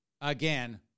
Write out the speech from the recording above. again